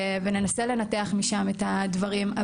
וננסה לנתח משם את הדברים.